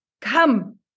come